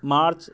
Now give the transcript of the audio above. March